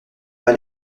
pas